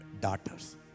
daughters